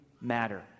matter